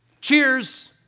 cheers